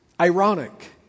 ironic